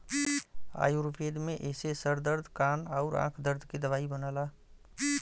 आयुर्वेद में एसे सर दर्द कान आउर आंख के दर्द के दवाई बनला